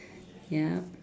ya